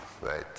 right